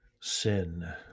Sin